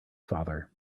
father